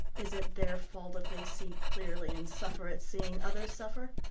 is it their fault if they see clearly and suffer at seeing others suffer?